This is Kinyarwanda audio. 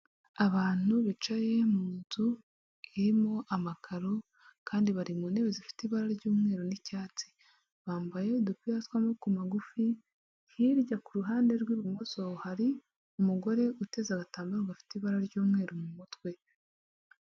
Abantu bicaye mu nzu irimo amakaro kandi bari mu ntebe zifite ibara ry'umweru n'icyatsi, bambaye udupira twaama ku magufi hirya ku ruhande rw'ibumoso hari umugore uteze agatambaro gafite ibara ry'umweru mu mutwe.